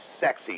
sexy